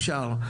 אפשר".